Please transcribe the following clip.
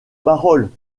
paroles